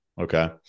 Okay